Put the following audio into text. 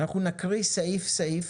אנחנו נקריא סעיף סעיף